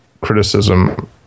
criticism